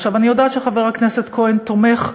עכשיו, אני יודעת שחבר הכנסת כהן תומך,